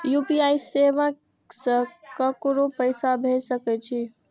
UPI सेवा से ककरो पैसा भेज सके छी?